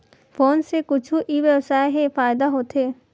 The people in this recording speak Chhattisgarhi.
फोन से कुछु ई व्यवसाय हे फ़ायदा होथे?